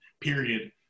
period